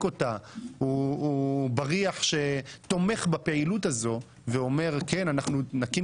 אותה הוא בריח שתומך בפעילות הזו ואומר אנחנו נקים